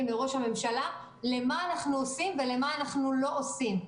מראש הממשלה למה אנחנו עושים ולמה אנחנו לא עושים.